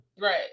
Right